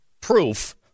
proof